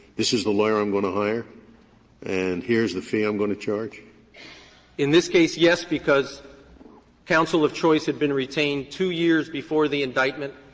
this is the lawyer i'm going to hire and here's the fee i'm going to charge? srebnick in this case, yes, because counsel of choice had been retained two years before the indictment.